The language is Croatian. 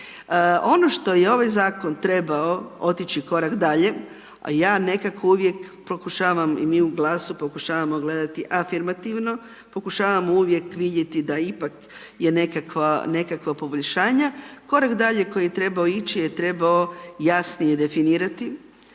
Ono što je ovaj zakon trebao otići korak dalje, a ja nekako uvijek pokušavam i mi u Glasu pokušavamo gledati afirmativno, pokušavamo uvijek vidjeti da ipak je nekakvo poboljšanje, korak dalje koji je trebao ići je trebao jasnije definirati